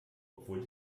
obwohl